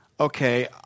okay